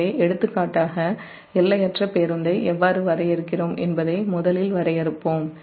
எனவே எடுத்துக் காட்டாக எல்லையற்ற பஸ் எவ்வாறு வரையறுக்கிறோம் என்பதை முதலில் வரையறுப்போம்